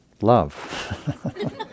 Love